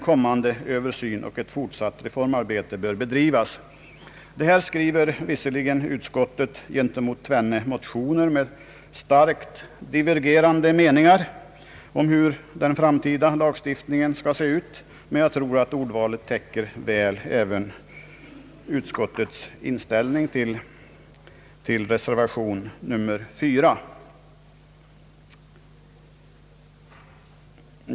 ändring i giftermålsbalken, m.m. kommande översyn och ett fortsatt reformarbete bör bedrivas.» Detta skriver utskottet visserligen gentemot två motioner med starkt divergerande meningar om hur den framtida lagstiftningen skall se ut, men jag tror att ordvalet väl täcker även utskottets inställning till reservation nr 4.